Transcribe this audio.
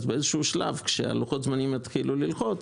אז באיזשהו שלב כשלוחות הזמנים יתחילו ללחוץ,